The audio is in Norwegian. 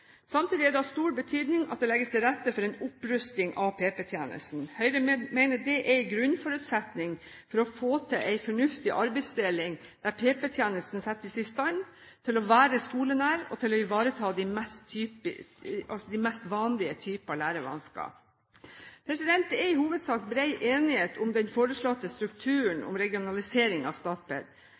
Samtidig er det av stor betydning at det legges til rette for en opprusting av PP-tjenesten. Høyre mener det er en grunnforutsetning for å få til en arbeidsdeling der PP-tjenesten settes i stand til å være skolenær og ivareta de mest vanlige typer lærevansker. Det er i hovedsak bred enighet om den foreslåtte strukturen om regionalisering av Statped.